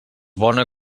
bona